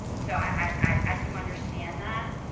so i i do understand that.